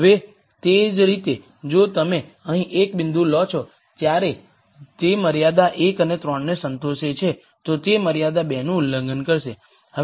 હવે તે જ રીતે જો તમે અહીં એક બિંદુ લો છો જ્યારે તે મર્યાદા 1 અને 3 ને સંતોષે છે તો તે મર્યાદા 2 નું ઉલ્લંઘન કરશે